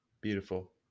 Beautiful